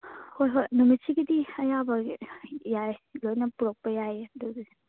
ꯍꯣꯏ ꯍꯣꯏ ꯅꯨꯃꯤꯠꯁꯤꯒꯤꯗꯤ ꯑꯌꯥꯕꯒꯤ ꯌꯥꯏ ꯂꯣꯏꯅ ꯄꯨꯔꯛꯄ ꯌꯥꯏꯌꯦ ꯑꯗꯨꯒꯤꯗꯤ